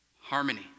harmony